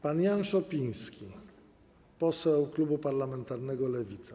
Pan Jan Szopiński, poseł klubu parlamentarnego Lewica.